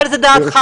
אבל זאת דעתך.